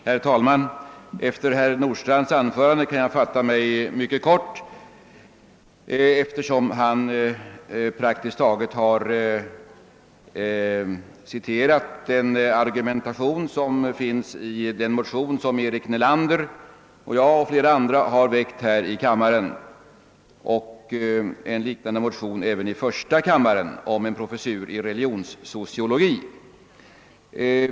Herr talman! Efter herr Nordstrandhs anförande kan jag fatta mig mycket kort, eftersom han praktiskt taget har använt samma argumentation som i den motion som Eric Nelander och jag och flera andra har väckt här i kammaren och även i en liknande motion i första kammaren om en professur i religionssociologi.